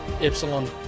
Epsilon